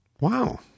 Wow